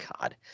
God